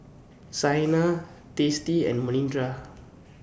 Saina Teesta and Manindra